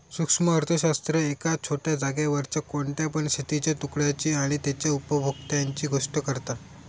सूक्ष्म अर्थशास्त्र एका छोट्या जागेवरच्या कोणत्या पण शेतीच्या तुकड्याची आणि तेच्या उपभोक्त्यांची गोष्ट करता